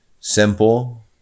Simple